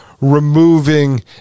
removing